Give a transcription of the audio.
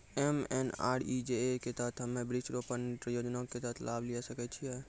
MNREGA के तहत हम्मय वृक्ष रोपण योजना के तहत लाभ लिये सकय छियै?